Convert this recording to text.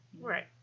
right